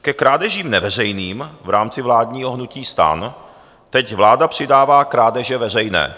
Ke krádežím neveřejným v rámci vládního hnutí STAN teď vláda přidává krádeže veřejné.